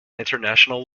international